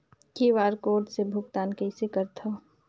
QR code से भुगतान कइसे करथव?